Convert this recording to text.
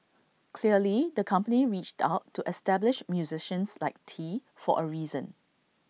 clearly the company reached out to established musicians like tee for A reason